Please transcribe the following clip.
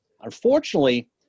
Unfortunately